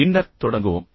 பின்னர் நாம் தொடங்குவோம்